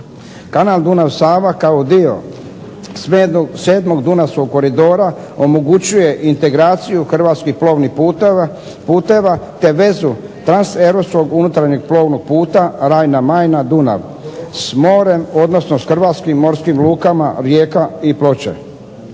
Kanal Dunav-Sava kao dio 7. Dunavskog koridora omogućuje integraciju hrvatskih plovnih putova, te vezu transeuropskog unutarnjeg plovnog puta Rajna-Majna-Dunav s morem odnosno s hrvatskim morskim lukama Rijeka i Ploče.